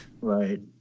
right